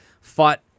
Fought